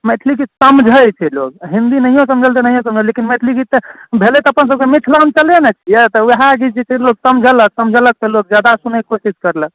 मैथिली गीत समझै छै लोक हिन्दी नहिओ समझल तऽ नहिओ समझल लेकिन मैथिली गीत तऽ भेलै तऽ अपन सभके मिथिलाञ्चले ने छियै तऽ उएह गीतसभ लोकसभ समझलक समझलक तऽ लोक ज्यादा सुनैके कोशिश करलक